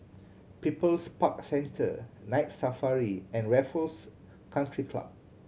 People's Park Centre Night Safari and Raffles Country Club